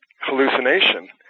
hallucination